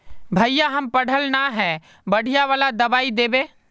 भैया हम पढ़ल न है बढ़िया वाला दबाइ देबे?